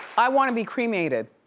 i want to be cremated,